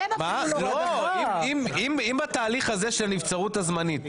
אם התהליך הזה של נבצרות הזמנית,